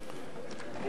בבקשה.